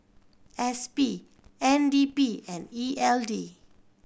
S P N D P and E L D